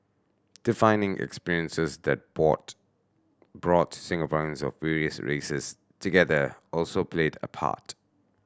defining experiences that brought brought Singaporeans of various races together also played a part